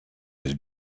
his